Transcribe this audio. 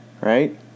Right